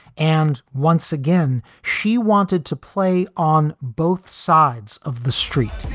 and once again, she wanted to play on both sides of the street